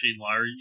large